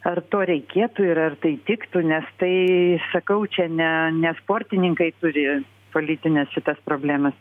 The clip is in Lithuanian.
ar to reikėtų ir ar tai tiktų nes tai sakau čia ne ne sportininkai turi politines šitas problemas